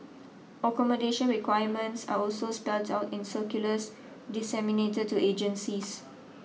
accommodation requirements are also spelt out in circulars disseminated to agencies